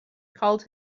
called